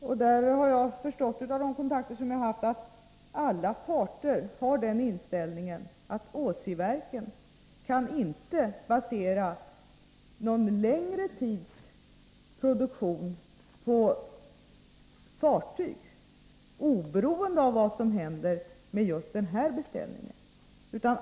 Av de kontakter jag har haft har jag förstått, att alla parter har inställningen att Åsiverken inte kan basera någon längre tids produktion på fartyg — oberoende av vad som händer med just den här beställningen.